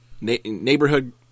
neighborhood